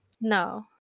no